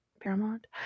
paramount